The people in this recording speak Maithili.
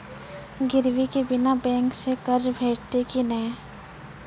गिरवी के बिना बैंक सऽ कर्ज भेटतै की नै?